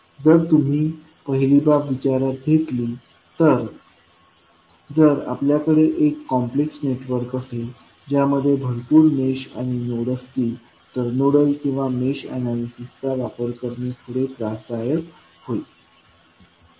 जर तुम्ही पहिली बाब विचारात घेतली तर जर आपल्याकडे एक कॉम्प्लेक्स नेटवर्क असेल ज्यामध्ये भरपूर मेश आणि नोड असतील तर नोडल किंवा मेश एनालिसिसचा वापर करणे थोडेसे त्रासदायक होईल